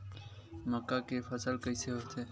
मक्का के फसल कइसे होथे?